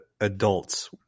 adults